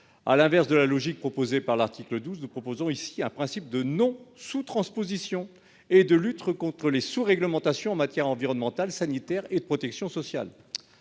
À l'inverse de la logique proposée à l'article 12, nous proposons ici un principe de non-« sous-transposition » et de lutte contre les sous-réglementations en matière environnementale, sanitaire et de protection sociale.